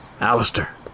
Alistair